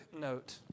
note